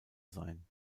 sein